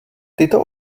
tyto